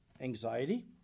anxiety